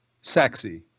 Sexy